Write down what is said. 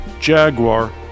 Jaguar